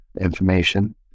Information